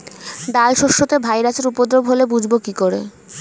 ডাল শস্যতে ভাইরাসের উপদ্রব হলে বুঝবো কি করে?